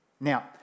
Now